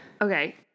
Okay